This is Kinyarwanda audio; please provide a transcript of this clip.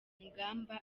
ngamba